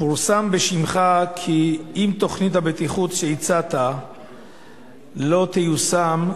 פורסם בשמך כי אם תוכנית הבטיחות שהצעת לא תיושם,